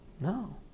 No